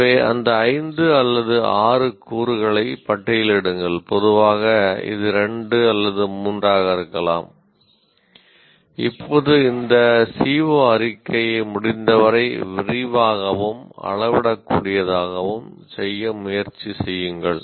எனவே அந்த 5 அல்லது 6 கூறுகளை பட்டியலிடுங்கள் முடிந்தவரை விரிவாகவும் அளவிடக்கூடியதாகவும் செய்ய முயற்சி செய்யுங்கள்